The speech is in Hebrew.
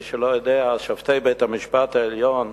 מי שלא יודע, שופטי בית-המשפט העליון,